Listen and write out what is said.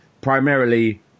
primarily